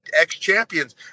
ex-champions